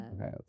Okay